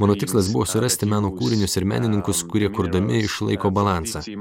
mano tikslas buvo surasti meno kūrinius ir menininkus kurie kurdami išlaiko balansą